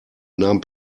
nahm